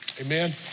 Amen